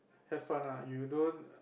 have fun ah you don't